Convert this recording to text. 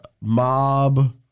mob